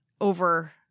over